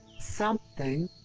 something.